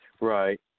Right